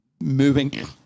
moving